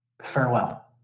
farewell